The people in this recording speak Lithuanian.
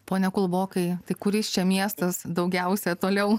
pone kulbokai tai kuris čia miestas daugiausia toliau